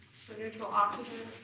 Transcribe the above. so neutral oxygen